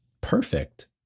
Perfect